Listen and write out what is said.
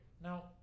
Now